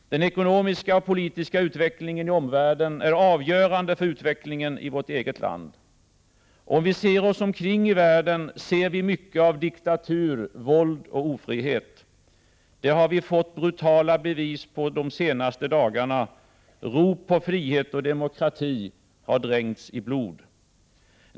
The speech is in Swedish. Den ekonomiska och politiska utvecklingen i omvärlden är avgörande för utvecklingen i vårt eget land. Om vi ser oss omkring i världen ser vi mycket av diktatur, våld och ofrihet. Det har vi fått brutala bevis på de senaste dagarna. Rop på frihet och demokrati har dränkts i blod.